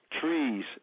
trees